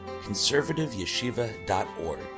conservativeyeshiva.org